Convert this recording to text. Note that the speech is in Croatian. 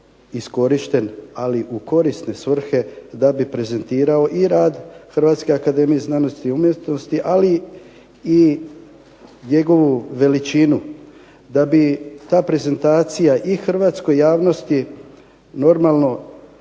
iskorišten, ali u korisne svrhe da bi prezentirao i rad HAZU-a, ali i njegovu veličinu. Da bi ta prezentacija i hrvatskoj javnosti normalno